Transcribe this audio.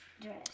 dress